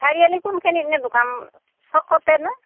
চাৰি আলিৰ কোনখিনিতনো দোকান চ'কতে নে